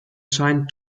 scheint